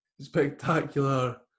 spectacular